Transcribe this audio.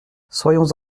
soyons